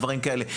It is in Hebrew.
דברים כאלה.